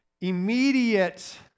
Immediate